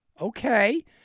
Okay